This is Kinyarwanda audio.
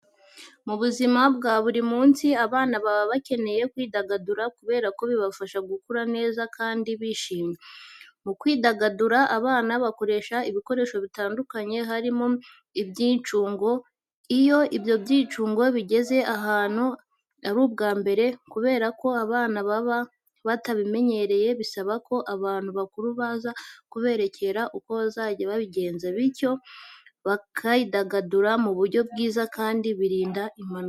Mubuzima bwa burimunsi, abana baba bakeneye kwidagadura kuberako bibafasha gukura neza kandi bishimye. Mukwidagadura, abana bakoresha ibikoresho bitandukanye harimo n'ibyicungo. Iyo ibyo byicungo bigeze ahantu ari ubwambere, kuberako abana baba batabimenyereye, bisaba ko abantu bakuru baza kuberekera uko bazajya babigenza, bityo bakidagadura muburyo bwiza kandi birinda impanuka.